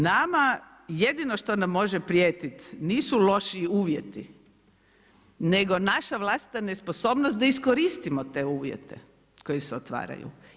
Nama jedino što nam može prijetiti nisu loši uvjeti nego naša vlastita nesposobnost da iskoristimo te uvjete koji se otvaraju.